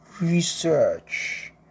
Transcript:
research